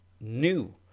New